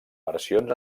versions